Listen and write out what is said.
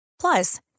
Plus